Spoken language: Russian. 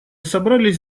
собрались